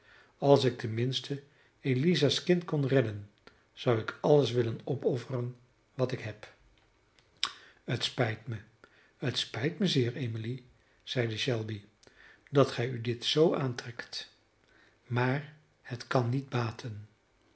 als ik tenminste eliza's kind kon redden zou ik alles willen opofferen wat ik heb het spijt mij het spijt mij zeer emily zeide shelby dat gij u dit zoo aantrekt maar het kan niet baten